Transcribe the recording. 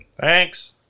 Thanks